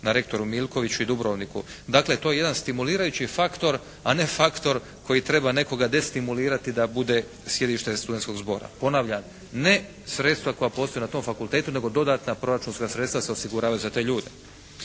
na rektoru Milkoviću i Dubrovniku. Dakle to je jedan stimulirajući faktor, a ne faktor koji treba nekoga destimulirati da bude sjedište Studenskog zbora. Ponavljam, ne sredstva koja postoje na tom fakultetu nego dodatna proračunska sredstva se osiguravaju za te ljude.